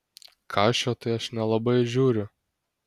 kašio tai aš nelabai žiūriu